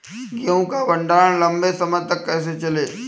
गेहूँ का भण्डारण लंबे समय तक कैसे कर सकते हैं?